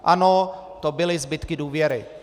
Ano, to byly zbytky důvěry.